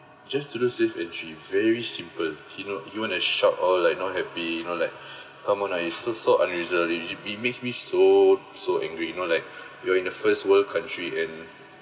just to do safe entry very simple he know he went to shout all like no happy know like come on lah he so so unreason~ he makes me so so angry you know like you're in a first world country and